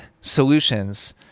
solutions